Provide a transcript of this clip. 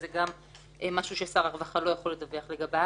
אז זה גם משהו ששר הרווחה לא יכול לדווח לגביו.